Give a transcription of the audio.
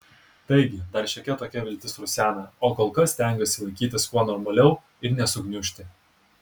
taigi dar šiokia tokia viltis rusena o kol kas stengiuosi laikytis kuo normaliau ir nesugniužti